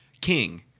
king